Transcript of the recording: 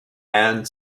and